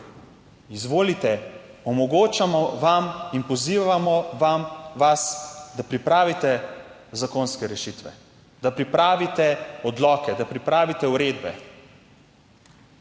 Izvolite, omogočamo vam in pozivamo vas, da pripravite zakonske rešitve, da pripravite odloke, da pripravite uredbe.